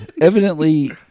Evidently